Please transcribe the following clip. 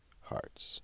hearts